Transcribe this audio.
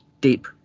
deep